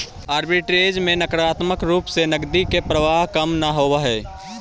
arbitrage में नकारात्मक रूप से नकदी के प्रवाह कम न होवऽ हई